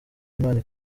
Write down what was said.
imana